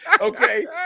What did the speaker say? Okay